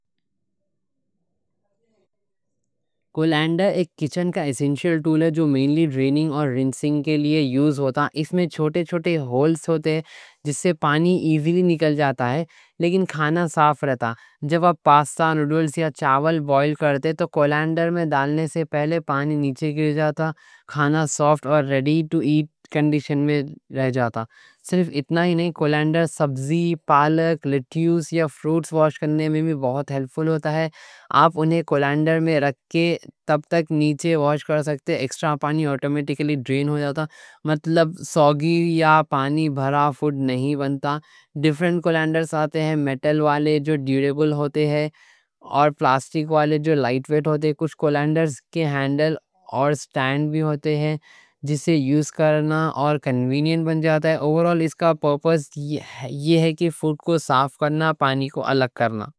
کولینڈر ایک کچن کا ایسنشل ٹول ہے جو مینلی ڈریننگ اور رنسنگ کے لیے یوز ہوتا۔ اس میں چھوٹے چھوٹے ہولز ہوتے، جس سے پانی ایزی نکل جاتا، لیکن کھانا صاف رہتا۔ جب آپ پاسٹا نوڈلز یا چاول بوئل کرتے، تو کولینڈر میں ڈالنے سے پہلے پانی نیچے گر جاتا، کھانا سافٹ اور ریڈی ٹو ایٹ کنڈیشن میں رہتا۔ صرف اتنا ہی نہیں، کولینڈر سبزی، پالک، لیٹس یا فروٹس واش کرنے میں بھی بہت ہیلپفل ہوتا۔ آپ انہیں کولینڈر میں رکھ کے تب تک نیچے واش کر سکتے، ایکسٹرا پانی آٹومیٹکلی ڈرین ہو جاتا، مطلب سوگی یا پانی بھرا فوڈ نہیں بنتا۔ ڈیفرنٹ کولینڈر آتے، میٹل والے جو ڈیوریبل ہوتے ہیں اور پلاسٹک والے جو لائٹ ویٹ ہوتے۔ ہیں کچھ کولینڈرز کے ہینڈل اور اسٹینڈ بھی ہوتے، جس سے یوز کرنا اور کنوینینٹ بن جاتا۔ اوورال اس کا پرپوس یہ ہے کہ فوڈ کو صاف کرنا، پانی کو الگ کرنا۔